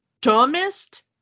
dumbest